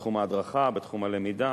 בתחום ההדרכה, בתחום הלמידה.